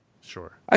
Sure